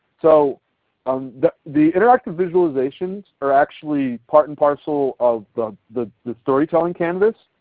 so um the the interactive visualizations are actually part and parcel of the the storytelling canvas.